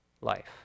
life